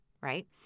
right